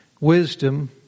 Wisdom